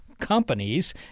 companies